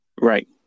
right